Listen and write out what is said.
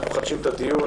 אני פותח את הדיון.